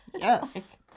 yes